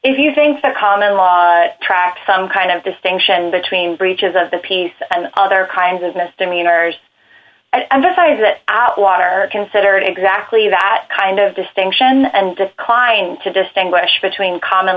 if you think that kano law track some kind of distinction between breaches of the peace and other kinds of misdemeanors and as i read it out water are considered exactly that kind of distinction and client to distinguish between common